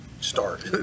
start